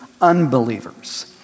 unbelievers